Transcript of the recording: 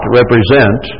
represent